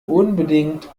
unbedingt